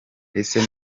ese